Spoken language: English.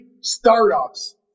startups